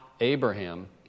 Abraham